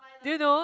do you know